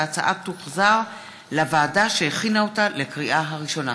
ההצעה תוחזר לוועדה שהכינה אותה לקריאה הראשונה.